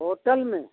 hotel में